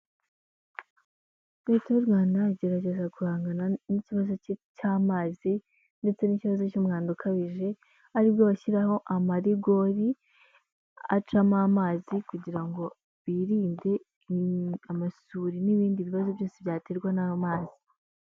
Leta y'u Rwanda igerageza guhangana n'ikibazo cy'amazi ndetse n'ikibazo cy'umwanda ukabije, ari bwo bashyiraho amarigori acamo amazi, kugira ngo birinde amasuri n'ibindi bibazo byose byaterwa n'amazi.